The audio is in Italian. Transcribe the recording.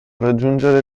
raggiungere